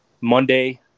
Monday